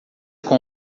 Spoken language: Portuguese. com